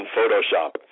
Photoshop